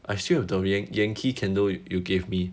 I still have the yankee candle you gave me